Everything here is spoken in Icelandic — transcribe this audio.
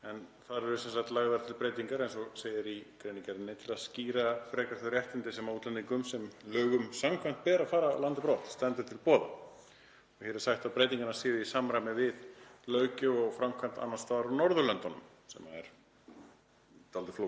en þar eru lagðar til breytingar, eins og segir í greinargerðinni, til að skýra frekar þau réttindi sem útlendingum sem lögum samkvæmt ber að fara af landi brott stendur til boða. Hér er sagt að breytingarnar séu í samræmi við löggjöf og framkvæmd annars staðar á Norðurlöndunum sem er dálítið flókið